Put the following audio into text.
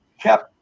kept